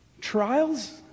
trials